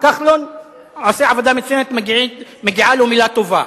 כחלון עושה עבודה מצוינת, ומגיעה לו מלה טובה.